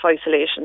isolation